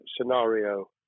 scenario